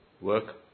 work